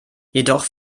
jedoch